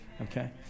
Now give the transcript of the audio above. okay